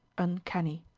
uncanny.